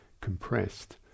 compressed